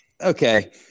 Okay